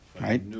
Right